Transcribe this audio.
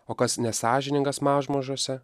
o kas nesąžiningas mažmožiuose